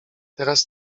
teraz